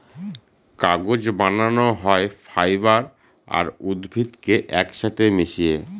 কাগজ বানানো হয় ফাইবার আর উদ্ভিদকে এক সাথে মিশিয়ে